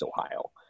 Ohio